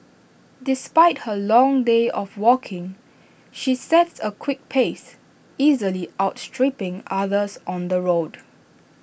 despite her long day of walking she sets A quick pace easily outstripping others on the road